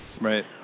Right